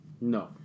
No